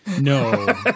No